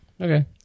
Okay